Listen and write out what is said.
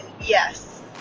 yes